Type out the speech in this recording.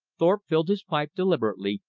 thorpe filled his pipe deliberately,